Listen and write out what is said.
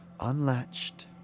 unlatched